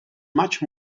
much